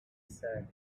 sat